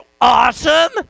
awesome